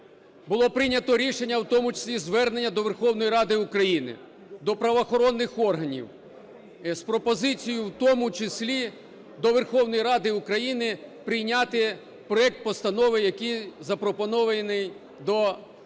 було прийнято рішення, в тому числі звернення до Верховної Ради України, до правоохоронних органів, з пропозицією, в тому числі до Верховної Ради України, прийняти проект постанови, який запропонований для вашого розгляду